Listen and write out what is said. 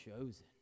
chosen